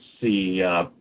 see